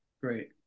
great